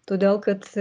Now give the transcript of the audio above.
todėl kad